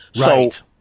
Right